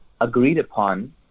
agreed-upon